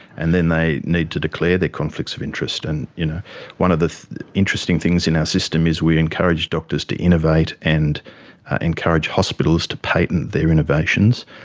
and then they need to declare their conflicts of interest. you know one of the interesting things in our system is we encourage doctors to innovate and encourage hospitals to patent their innovations.